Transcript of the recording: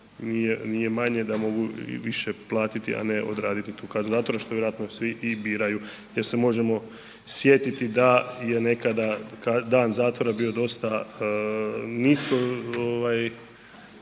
nije manje da mogu i više platiti a ne odraditi tu kaznu zatvora što vjerojatno svi i biraju jer se možemo sjetiti da je nekada dan zatvora bio dosta